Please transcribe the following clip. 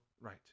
Right